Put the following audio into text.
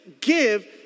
give